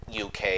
UK